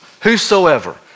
whosoever